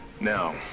Now